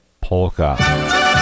polka